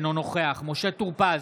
אינו נוכח משה טור פז,